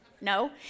No